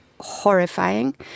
horrifying